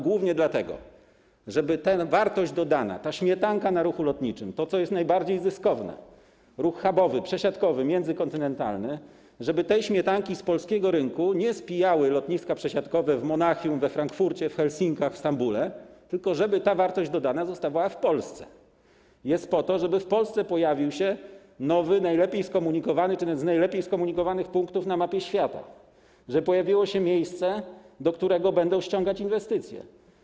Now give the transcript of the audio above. Głównie po to, żeby ta wartość dodana, ta śmietanka w ruchu lotniczym, to, co jest najbardziej zyskowne, ruch hubowy, przesiadkowy, międzykontynentalny, żeby tej śmietanki z polskiego rynku nie spijały lotniska przesiadkowe w Monachium, we Frankfurcie, w Helsinkach, w Stambule, żeby ta wartość dodana zostawała w Polsce, żeby w Polsce pojawił się nowy, najlepiej skomunikowany czy jeden z najlepiej skomunikowanych punktów na mapie świata, żeby pojawiło się miejsce, do którego będą ściągać inwestycje.